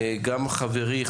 גם חברי,